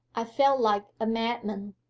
i felt like a madman.